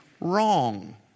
wrong